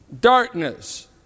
darkness